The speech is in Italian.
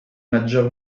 maggior